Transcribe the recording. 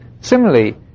Similarly